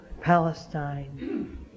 Palestine